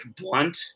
blunt